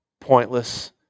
pointless